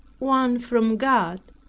one from god.